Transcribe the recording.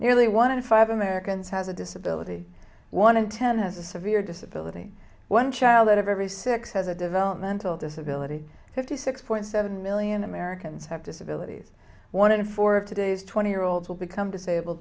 nearly one in five americans has a disability one in ten has a severe disability one child out of every six has a developmental disability fifty six point seven million americans have disabilities one in four of today's twenty year olds will become disabled